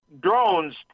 drones